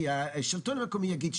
כי השלטון המקומי יגיד,